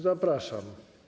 Zapraszam.